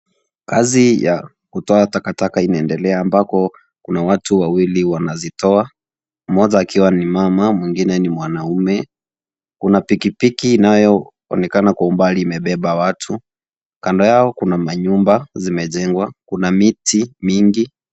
Kazi ya kutoa takataka unaendelea ambako kuna watu wawili wanazitoa, mmoja akiwa ni mama wengine ni wanaume . Kuna pikipiki inayoonekana Kwa mbali imebeba watu, kando yao kuna manyumba zimejengwa. kuna miti mingi.